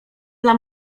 dla